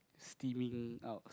steaming out